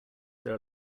their